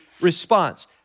response